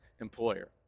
employer